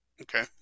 okay